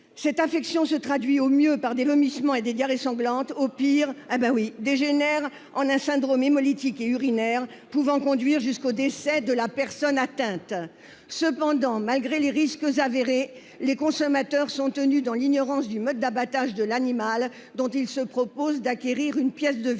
Cette affection se traduit au mieux par des vomissements et des diarrhées sanglantes, au pire dégénère en un syndrome hémolytique et urinaire pouvant conduire au décès de la personne atteinte. Cependant, malgré les risques avérés, les consommateurs sont tenus dans l'ignorance du mode d'abattage de l'animal dont ils se proposent d'acquérir une pièce de viande.